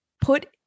put